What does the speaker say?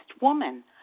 woman